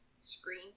screen